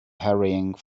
hurrying